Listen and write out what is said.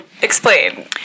explain